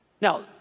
Now